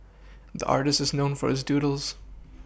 the artist is known for his doodles